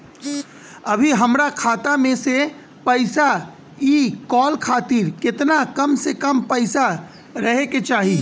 अभीहमरा खाता मे से पैसा इ कॉल खातिर केतना कम से कम पैसा रहे के चाही?